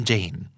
Jane